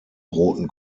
roten